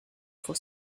for